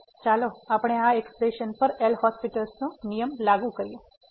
તેથી ચાલો આપણે આ એક્સપ્રેશનપર એલ'હોસ્પિટલL'Hospital નો નિયમ લાગુ કરીએ